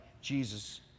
Jesus